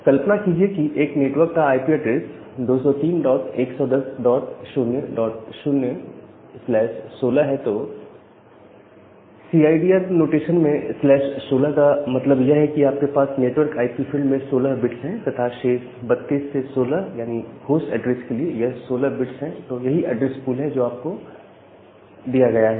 कल्पना कीजिए कि एक नेटवर्क का आईपी ऐड्रेस 2031100016 है तो सीआईडीआर नोटेशन में स्लैश 16 16 का मतलब यह है कि आपके पास नेटवर्क आईपी फील्ड में 16 बीट्स है तथा शेष 32 16 यानी होस्ट ऐड्रेस के लिए यह 16 बिट्स है तो यही एड्रेस पूल है जो आप को दिया गया है